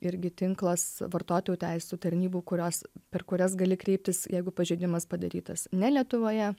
irgi tinklas vartotojų teisių tarnybų kurios per kurias gali kreiptis jeigu pažeidimas padarytas ne lietuvoje